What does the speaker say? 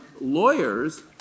lawyers